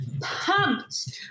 pumped